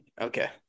Okay